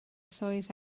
swydd